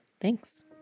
Thanks